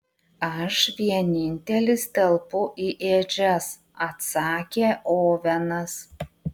aš vienintelis telpu į ėdžias atsakė ovenas